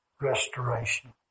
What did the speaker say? restoration